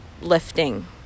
lifting